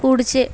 पुढचे